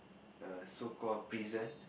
a so called prison